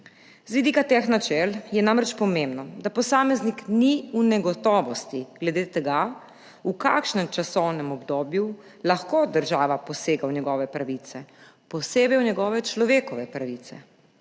Z vidika teh načel je namreč pomembno, da posameznik ni v negotovosti glede tega, v kakšnem časovnem obdobju lahko država posega v njegove pravice, posebej v njegove človekove pravice.